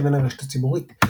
לבין הרשת הציבורית.